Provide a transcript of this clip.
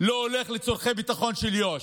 לא הולך לצורכי ביטחון של יו"ש.